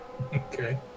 Okay